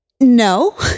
no